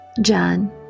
John